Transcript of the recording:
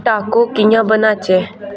टाको कि'यां बनाचै